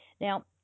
Now